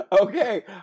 Okay